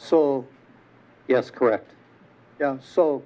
so yes correct so